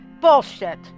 Bullshit